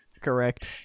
Correct